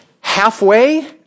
Halfway